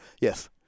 Yes